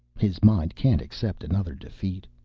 his mind can't accept another defeat.